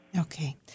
Okay